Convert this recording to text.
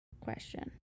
question